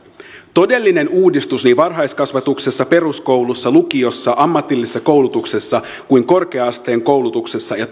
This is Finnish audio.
todellinen uudistus niin varhaiskasvatuksessa peruskoulussa lukiossa ammatillisessa koulutuksessa kuin korkea asteen koulutuksessa ja